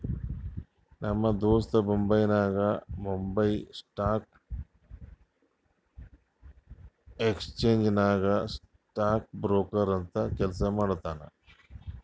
ನಮ್ ದೋಸ್ತ ಮುಂಬೈನಾಗ್ ಬೊಂಬೈ ಸ್ಟಾಕ್ ಎಕ್ಸ್ಚೇಂಜ್ ನಾಗ್ ಸ್ಟಾಕ್ ಬ್ರೋಕರ್ ಅಂತ್ ಕೆಲ್ಸಾ ಮಾಡ್ತಾನ್